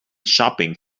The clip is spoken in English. shopping